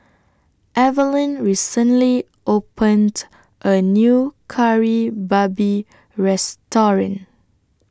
Evelyn recently opened A New Kari Babi Restaurant